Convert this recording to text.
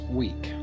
week